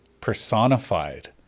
personified